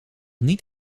niet